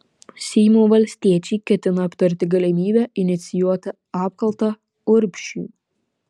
seimo valstiečiai ketina aptarti galimybę inicijuoti apkaltą urbšiui